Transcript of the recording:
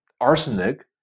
arsenic